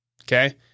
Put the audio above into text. okay